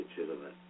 legitimate